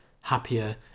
happier